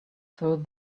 through